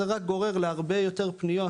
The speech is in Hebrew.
זה רק גורם להרבה יותר פניות